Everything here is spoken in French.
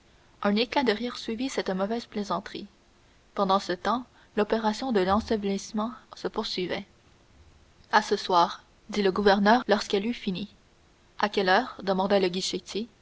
un éclat de rire suivit cette mauvaise plaisanterie pendant ce temps l'opération de l'ensevelissement se poursuivait à ce soir dit le gouverneur lorsqu'elle fut finie à quelle heure demanda le guichetier